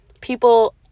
people